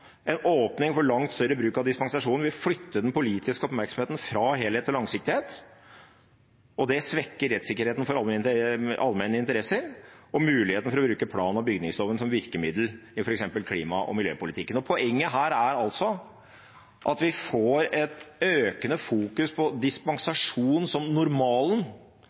en plan. En åpning for langt større bruk av dispensasjoner vil flytte den politiske oppmerksomheten fra helhet og langsiktighet til enkeltsaker.» Det svekker rettssikkerheten til allmenne interesser og muligheten til å bruke plan- og bygningsloven som virkemiddel i f.eks. klima- og miljøpolitikken. Poenget her er at vi får en økende fokusering på dispensasjon som normalen